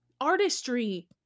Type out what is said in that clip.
artistry